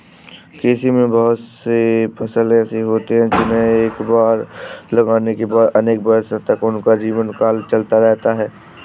कृषि में बहुत से फसल ऐसे होते हैं जिन्हें एक बार लगाने के बाद अनेक वर्षों तक उनका जीवनकाल चलता रहता है